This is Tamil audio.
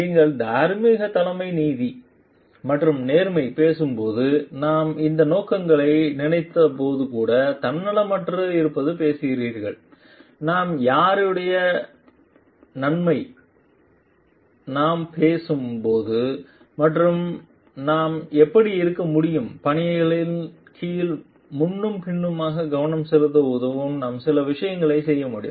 நீங்கள் தார்மீக தலைமை நீதி மற்றும் நேர்மை பேசும் போது நாம் இந்த நோக்கங்களை நினைத்து போது கூட தன்னலமற்ற இருப்பது பேசுகிறீர்கள் நாம் யாருடைய நன்மை நன்மை நாம் பேசும் மற்றும் நாம் எப்படி இருக்க முடியும் பயனாளிகளின் கீழ் முன்னும் பின்னுமாக கவனம் செலுத்த உதவும் நாம் சில விஷயங்களை செய்ய முடியும்